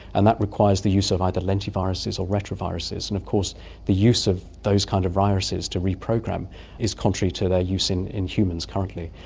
and that requires the use of either lentiviruses or retroviruses, and of course the use of those kind of viruses to reprogram is contrary to their use in in humans currently.